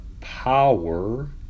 power